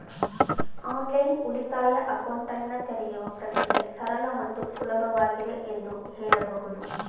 online ಉಳಿತಾಯ ಅಕೌಂಟನ್ನ ತೆರೆಯುವ ಪ್ರಕ್ರಿಯೆ ಸರಳ ಮತ್ತು ಸುಲಭವಾಗಿದೆ ಎಂದು ಹೇಳಬಹುದು